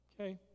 Okay